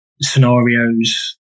scenarios